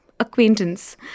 acquaintance